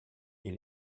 est